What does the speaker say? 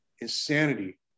insanity